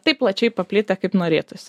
taip plačiai paplitę kaip norėtųsi